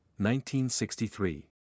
1963